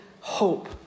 hope